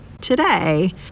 Today